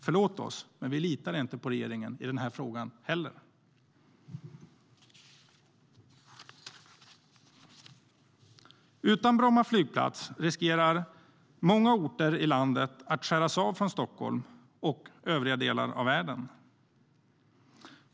Förlåt oss, men vi litar inte på regeringen i den här frågan heller! Utan Bromma flygplats riskerar många orter i landet att skäras av från Stockholm och övriga delar av världen.